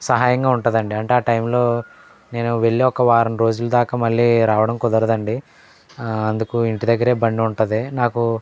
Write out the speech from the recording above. సహాయంగా ఉంటుంది అండి అంటే ఆ టైంలో నేను వెళ్ళి ఒక వారం రోజులు దాకా మళ్ళీ రావడం కుదరదండి అందుకు ఇంటి దగ్గరే బండి ఉంటుంది నాకు